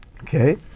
Okay